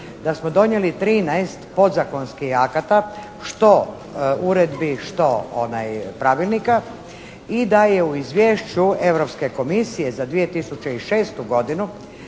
da smo donijeli trinaest podzakonskih akata što uredbi, što pravilnika i da je u izvješću Europske komisije za 2006. godinu